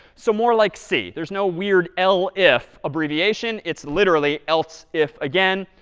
so more like c. there's no weird l if abbreviation. it's literally else if again,